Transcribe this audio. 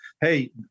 Hey